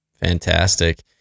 Fantastic